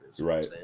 Right